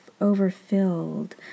overfilled